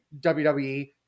WWE